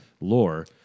lore